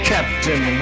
Captain